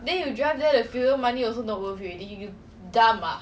so expensive eh